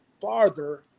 farther